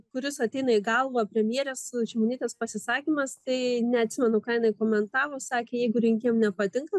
kuris ateina į galvą premjerės šimonytės pasisakymas tai neatsimenu ką jinai komentavo sakė jeigu rinkėjam nepatinka